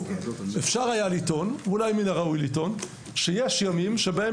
אפשר היה לטעון ואולי מן הראוי לטעון שיש ימים שבהם